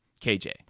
KJ